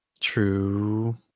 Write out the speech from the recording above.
True